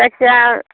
जायखिया